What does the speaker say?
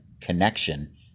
connection